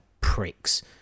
pricks